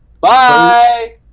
Bye